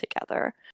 together